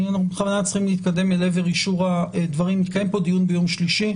יתקיים פה דיון ביום שלישי.